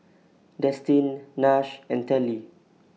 Destin Nash and Telly